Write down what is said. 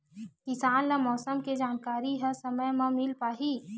किसान ल मौसम के जानकारी ह समय म मिल पाही?